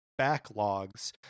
backlogs